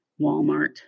Walmart